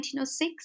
1906